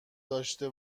داشته